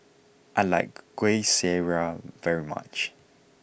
I like Kueh Syara very much